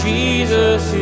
Jesus